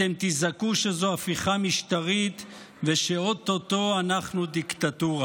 אתם תזעקו שזו הפיכה משטרית ושאו-טו-טו אנחנו דיקטטורה,